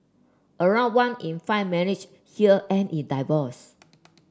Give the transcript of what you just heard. around one in five marriage here end in divorce